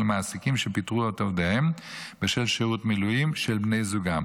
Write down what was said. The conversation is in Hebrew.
מעסיקים שפיטרו את עובדיהם בשל שירות במילואים של בני זוגם